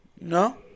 No